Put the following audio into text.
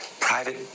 private